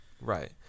Right